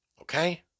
Okay